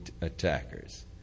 attackers